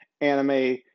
anime